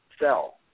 sell